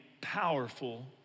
powerful